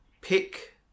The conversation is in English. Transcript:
pick